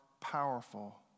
powerful